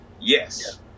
Yes